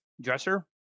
dresser